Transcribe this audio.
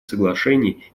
соглашений